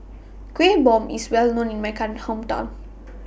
Kueh Bom IS Well known in My Come Hometown